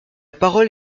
parole